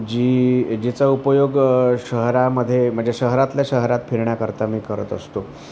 जी जिचा उपयोग शहरामध्ये म्हणजे शहरातल्या शहरात फिरण्याकरता मी करत असतो